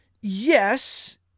Yes